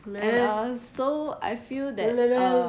and uh so I feel that uh